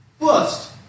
First